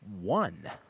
One